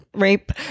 rape